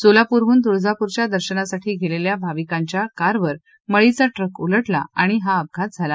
सोलापुरहुन तुळजापूरच्या दर्शनासाठी गेलेल्या भाविकांच्या कारवर मळीचा ट्रक उला झा आणि हा अपघात झाला